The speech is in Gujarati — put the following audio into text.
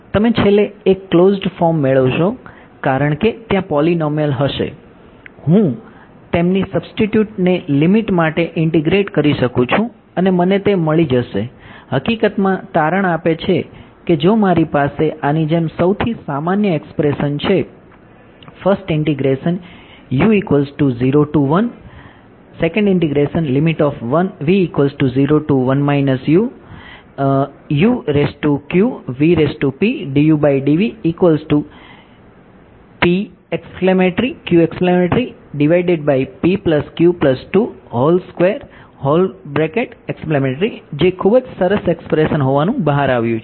તમે છેલ્લે એક ક્લોઝ્ડ ફોર્મ છે જે ખૂબ જ સરસ એક્સપ્રેશન હોવાનું બહાર આવ્યું છે